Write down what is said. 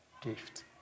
gift